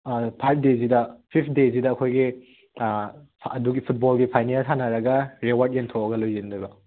five ꯗꯦꯁꯤꯗ ꯁꯤꯛꯁ ꯗꯦꯁꯤꯗ ꯑꯩꯈꯣꯏꯒꯤ ꯑꯗꯨꯒꯤ ꯐꯨꯠꯕꯣꯜꯒꯤ ꯐꯥꯏꯅꯦꯜ ꯁꯥꯟꯅꯔꯒ ꯔꯤꯋꯥꯔꯗ ꯌꯦꯟꯊꯣꯛꯑꯒ ꯂꯣꯏꯁꯤꯟꯗꯣꯏꯕ